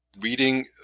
reading